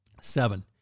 Seven